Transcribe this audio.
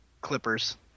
clippers